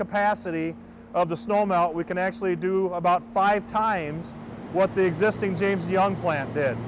capacity of the snow melt we can actually do about five times what the existing james young plant did